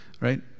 right